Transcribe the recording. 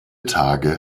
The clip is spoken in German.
tage